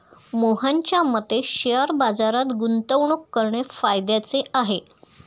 मोहनच्या मते शेअर बाजारात गुंतवणूक करणे फायद्याचे आहे